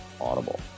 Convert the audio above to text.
audible